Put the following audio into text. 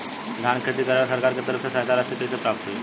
धान के खेती करेला सरकार के तरफ से सहायता राशि कइसे प्राप्त होइ?